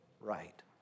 right